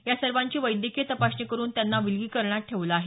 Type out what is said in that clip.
या सर्वांची वैद्यकीय तपासणी करून त्यांना विलगीकरणात ठेवलं आहे